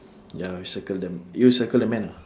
ya we circle them you circle the man ah